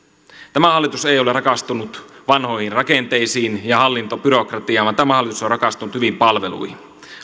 tämä hallitus ei ole rakastunut vanhoihin rakenteisiin ja hallintobyrokratiaan vaan tämä hallitus on rakastunut hyviin palveluihin